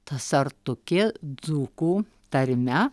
ta sartukė dzūkų tarme